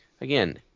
again